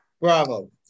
Bravo